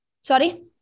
sorry